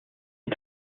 est